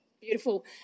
Beautiful